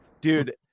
Dude